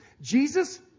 Jesus